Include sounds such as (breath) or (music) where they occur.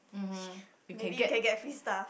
(breath) maybe you can get free stuff